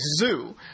Zoo